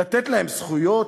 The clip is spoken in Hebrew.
לתת להם זכויות,